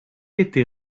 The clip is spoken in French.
été